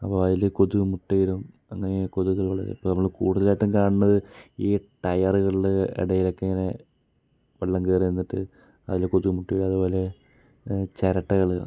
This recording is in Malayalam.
അപ്പോൾ അതിൽ കൊതുക് മുട്ടയിടും അങ്ങനെ കൊതുക് വളരും ഇപ്പോൾ നമ്മൾ കൂടുതലായിട്ടും കാണുന്നത് ഈ ടയറുകളിൽ ഇടയിലൊക്കെ ഇങ്ങനെ വെള്ളം കയറി നിന്നിട്ട് അതിൽ കൊതുക് മുട്ടയിടും അതേപോലെ ചിരട്ടകൾ